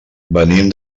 venim